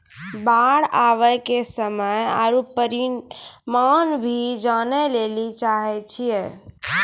बाढ़ आवे के समय आरु परिमाण भी जाने लेली चाहेय छैय?